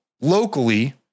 locally